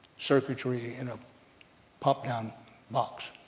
circuitry in a pop-down box.